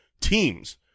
teams